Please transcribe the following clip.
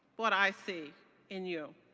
what i see in you.